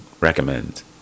recommend